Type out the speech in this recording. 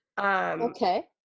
Okay